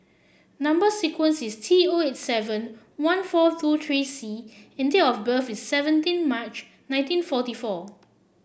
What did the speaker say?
number sequence is T O eight seven one four two three C and date of birth is seventeen March nineteen forty four